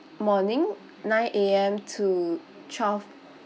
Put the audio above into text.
morning nine A_M to twelve